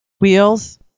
wheels